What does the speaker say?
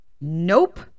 Nope